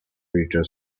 peter